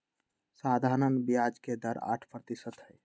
सधारण ब्याज के दर आठ परतिशत हई